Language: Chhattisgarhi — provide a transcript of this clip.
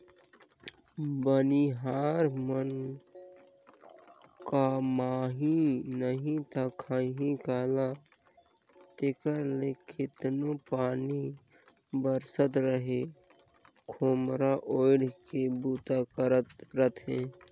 बनिहार मन कमाही नही ता खाही काला तेकर ले केतनो पानी बरसत रहें खोम्हरा ओएढ़ के बूता करत रहथे